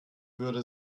würde